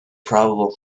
probable